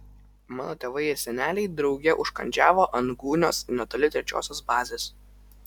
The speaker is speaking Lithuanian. mano tėvai ir seneliai drauge užkandžiavo ant gūnios netoli trečiosios bazės